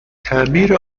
تعمیر